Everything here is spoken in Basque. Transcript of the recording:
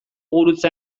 gurutze